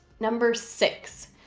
number six,